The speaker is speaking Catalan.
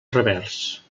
revers